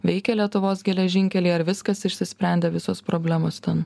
veikia lietuvos geležinkeliai ar viskas išsisprendė visos problemos ten